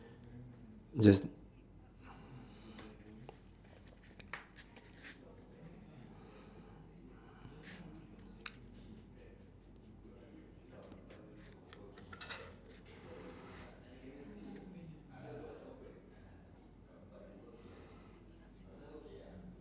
just